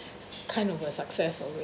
kind of a success already